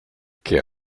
que